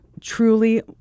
truly